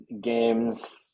games